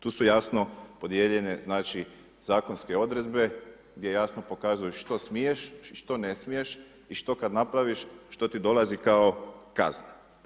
Tu su jasno podijeljene zakonske odredbe gdje jasno pokazuju što smiješ, što ne smiješ i što kada napraviš što ti dolazi kao kazna.